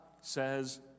says